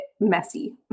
messy